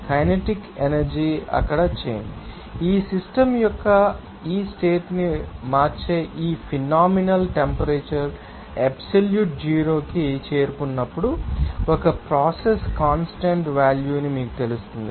kinetic energy అక్కడ change ఈ system యొక్క ఈ స్టేట్ ని మార్చే ఈ ఫినామినన్ టెంపరేచర్ అబ్సల్యూట్ జీరో కి చేరుకున్నప్పుడు ఒక ప్రోసెస్ కాన్స్టాంట్ వాల్యూ ను మీకు తెలుస్తుంది